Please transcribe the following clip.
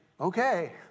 okay